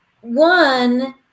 one